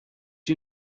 you